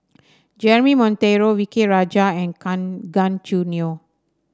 Jeremy Monteiro V K Rajah and Kan Gan Choo Neo